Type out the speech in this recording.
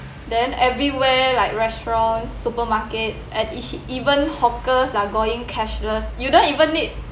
then everywhere like restaurants supermarkets at each even hawkers are going cashless you don't even need